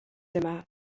dyma